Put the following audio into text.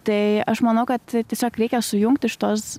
tai aš manau kad tiesiog reikia sujungti šituos